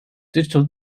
digital